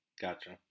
Gotcha